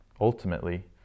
ultimately